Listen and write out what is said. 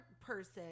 person